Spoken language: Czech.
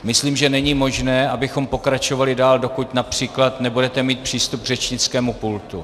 Myslím, že není možné, abychom pokračovali dál, dokud například nebudete mít přístup k řečnickému pultu.